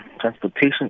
transportation